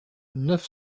neuf